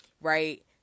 right